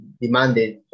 demanded